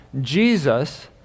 Jesus